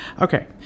Okay